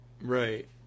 Right